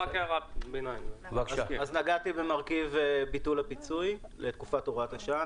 אז נגעתי במרכיב ביטול הפיצוי לתקופת הוראת השעה,